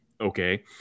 okay